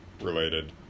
related